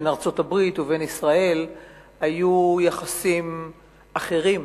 בין ארצות-הברית ובין ישראל היו יחסים אחרים.